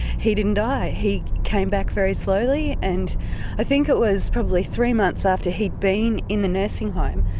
he didn't die. he came back very slowly and i think it was probably three months after he'd been in the nursing home,